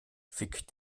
fick